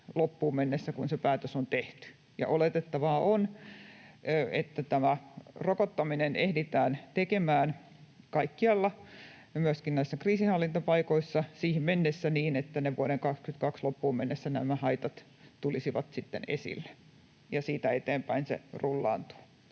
loppuun mennessä, kun se päätös on tehty, ja oletettavaa on, että tämä rokottaminen ehditään tekemään kaikkialla, myöskin näissä kriisinhallintapaikoissa, siihen mennessä niin, että vuoden 22 loppuun mennessä nämä haitat tulisivat esille, ja siitä eteenpäin se rullaantuu.